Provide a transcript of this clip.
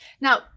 Now